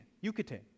Yucatan